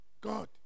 God